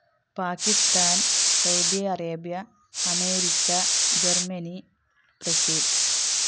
Pakistan Saudi Arabia America Germany Brazil